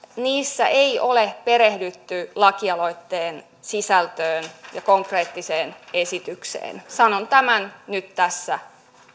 niissä ei ole perehdytty lakialoitteen sisältöön ja konkreettiseen esitykseen sanon tämän nyt tässä